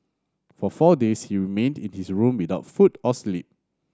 for four days he remained in his room without food or sleep